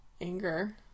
anger